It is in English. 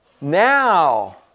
now